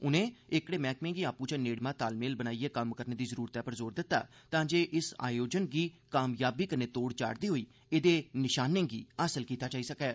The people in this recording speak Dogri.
उनें इनें मैह्कमें गी आपूं च नेड़मा तालमेल बनाईएं कम्म करने दी जरूरतै पर जोर दित्ता तां जे इस आयोजन गी कामयाबी कन्नै तोड़ चाढ़दे होई एह्दे लक्ष्यें गी हासल कीता जाई सकै